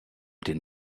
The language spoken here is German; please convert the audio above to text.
den